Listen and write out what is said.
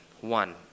one